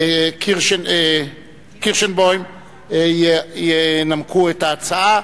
קירשנבאום ינמקו את ההצעה.